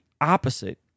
opposite